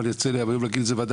ואני רוצה להגיד את זה היום בוועדה